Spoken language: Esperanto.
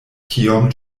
kiom